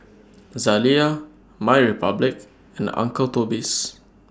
Zalia MyRepublic and Uncle Toby's